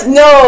no